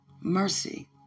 Mercy